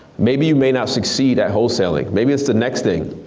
maybe you may not succeed at wholesaling, maybe it's the next thing.